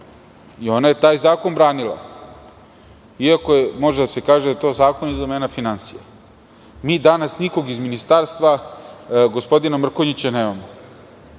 i ona je taj zakon branila, iako može da se kaže da je to zakon iz domena finansija. Mi danas nikog iz Ministarstva gospodina Mrkonjića nemamo,